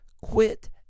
quit